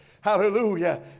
hallelujah